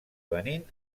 benín